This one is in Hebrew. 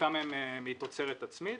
וכמה הם מתורת עצמית.